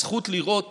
הזכות לראות